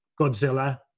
Godzilla